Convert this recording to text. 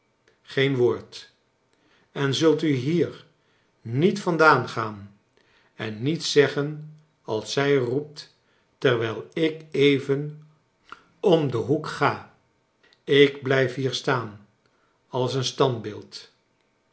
green woord en zult u hier niet vandaan gaan en niets zeggen als zij roept terwijl ik even om den hoek ga ik blijf hier staan als een standbeeld